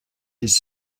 his